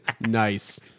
Nice